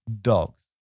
dogs